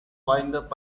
வாய்ந்த